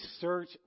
search